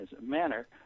manner